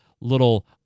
little